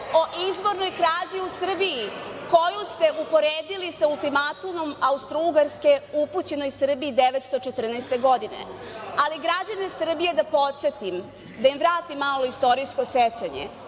o izbornoj krađi u Srbiji, koju ste uporedili sa ultimatumom Austrougarske, upućenoj Srbiji 1914. godine, ali građane Srbije da podsetim da im vratim malo istorijsko sećanje,